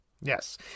Yes